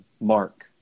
Mark